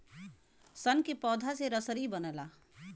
सन के पौधा से रसरी बनला